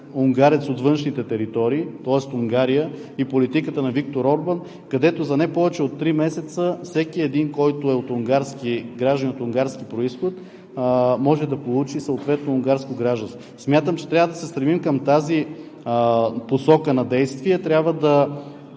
унгарец от външните територии, тоест Унгария и политиката на Виктор Орбан, където за не повече от три месеца всеки един гражданин, който е от унгарски произход, може да получи съответно унгарско гражданство. Смятам, че трябва да се стремим към тази посока на действие, трябва да